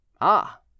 Ah